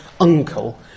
uncle